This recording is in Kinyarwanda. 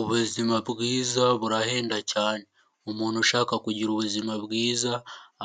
Ubuzima bwiza burahenda cyane, umuntu ushaka kugira ubuzima bwiza